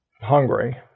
hungry